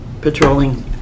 patrolling